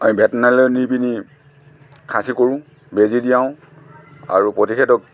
আমি ভেটেনেৰীলৈ নি পিনি খাঁচী কৰোঁ বেজি দিয়াওঁ আৰু প্ৰতিষেধক